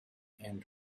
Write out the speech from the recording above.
and